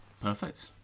Perfect